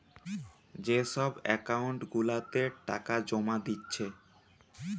যে সব একাউন্ট গুলাতে টাকা জোমা দিচ্ছে